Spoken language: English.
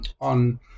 on